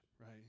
right